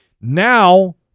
Now